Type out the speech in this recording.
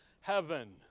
heaven